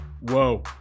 Whoa